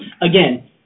again